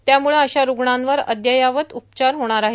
त्यामुळं अशा र रूग्णांवर अध्ययावत उपचार होणार आहेत